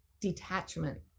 detachment